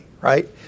right